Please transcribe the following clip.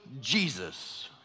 Jesus